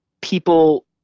people